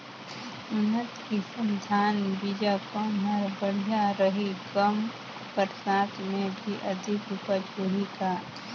उन्नत किसम धान बीजा कौन हर बढ़िया रही? कम बरसात मे भी अधिक उपज होही का?